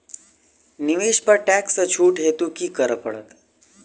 निवेश पर टैक्स सँ छुट हेतु की करै पड़त?